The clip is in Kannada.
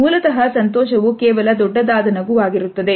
ಮೂಲತಹ ಸಂತೋಷವು ಕೇವಲ ದೊಡ್ಡದಾದ ನಗುವಾಗಿರುತ್ತದೆ